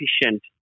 efficient